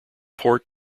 port